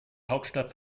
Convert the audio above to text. hauptstadt